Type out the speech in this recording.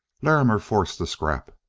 larrimer forced the scrap.